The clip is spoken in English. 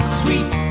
sweet